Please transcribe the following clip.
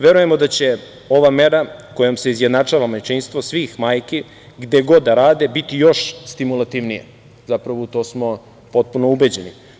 Verujemo da će ova mera, kojom se izjednačava majčinstvo svih majki, gde god da rade, biti još stimulativnija, a u to smo potpuno ubeđeni.